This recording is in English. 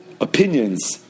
opinions